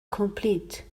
complete